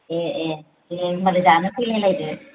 ए ए दे होमबालाय जानो फैलायलायदो